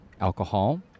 alcohol